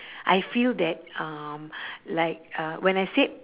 I feel that um like uh when I said